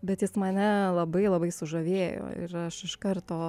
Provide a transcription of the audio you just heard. bet jis mane labai labai sužavėjo ir aš iš karto